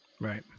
right